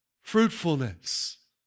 Fruitfulness